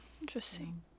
Interesting